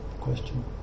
question